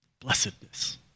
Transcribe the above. Blessedness